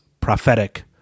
prophetic